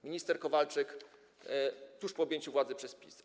Minister Kowalczyk tuż po objęciu władzy przez PiS.